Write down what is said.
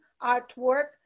artwork